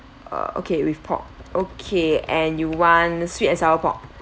uh okay with pork okay and you want sweet and sour pork